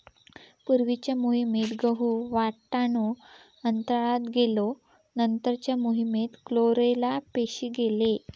पूर्वीच्या मोहिमेत गहु, वाटाणो अंतराळात गेलो नंतरच्या मोहिमेत क्लोरेला पेशी गेले